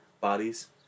bodies